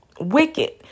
Wicked